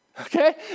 Okay